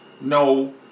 no